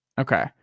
Okay